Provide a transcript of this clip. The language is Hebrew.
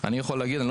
אני לא מבין.